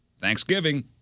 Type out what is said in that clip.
Thanksgiving